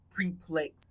preplex